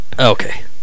Okay